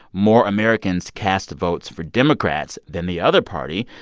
more americans cast votes for democrats than the other party.